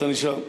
אתה נשאר.